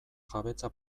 jabetza